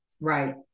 Right